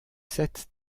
sept